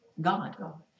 God